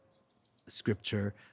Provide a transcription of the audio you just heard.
scripture